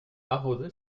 arroser